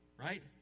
Right